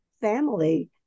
family